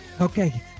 Okay